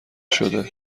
شده